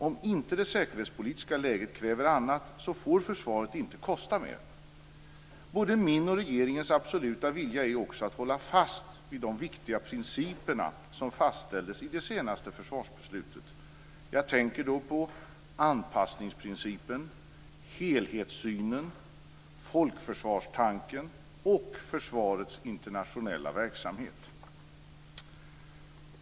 Om inte det säkerhetspolitiska läget kräver annat, får försvaret inte kosta mer. Både min och regeringens absoluta vilja är också att hålla fast vid de viktiga principer som fastställdes i det senaste försvarsbeslutet. Jag tänker då på anpassningsprincipen, helhetssynen, folkförsvarstanken och försvarets internationella verksamhet.